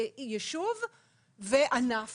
יישוב וענף